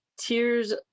Tears